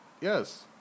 Yes